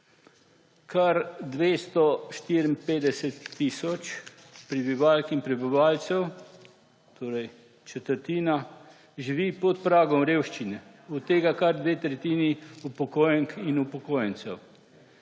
Kar 254 tisoč prebivalk in prebivalcev, torej četrtina, živi pod pragom revščine, od tega kar dve tretjini upokojenk in upokojencev.